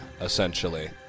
essentially